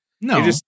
No